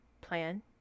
plan